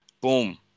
Boom